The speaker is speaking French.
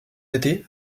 été